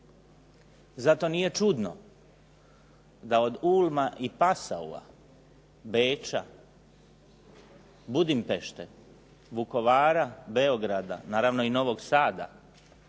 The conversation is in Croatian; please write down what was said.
Zato nije čudno da od Ulma i Passaua, Beča, Budimpešte, Vukovara, Beograda naravno i Novog Sada,